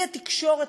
האי-תקשורת,